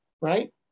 right